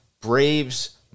Braves